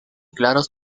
claros